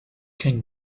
can